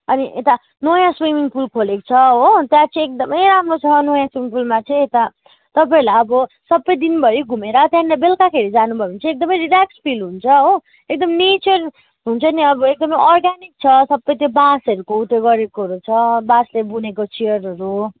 अनि यता नयाँ स्विमिङ पुल खोलेको छ हो त्यहाँ चाहिँ एकदमै राम्रो छ नयाँ स्विमिङ पुलमा चाहिँ यता तपाईँहरूलाई अब सबै दिनभरि घुमेर त्यहाँनेर बेलुकाखेरि जानुभयो भने चाहिँ एकदम रिल्याक्स फिल हुन्छ हो एकदम नेचर हुन्छ नि अब एकदमै अर्ग्यानिक छ सबै त्यो बाँसहरूको उ त्यो गरेकोहरू छ बाँसहरूले बुनेको चियरहरू